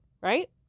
Right